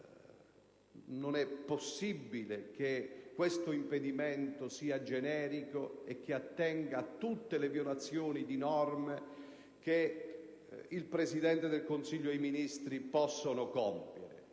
non è possibile che questo impedimento sia generico e attenga a tutte le violazioni di norme che il Presidente del Consiglio e i Ministri possono compiere.